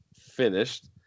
finished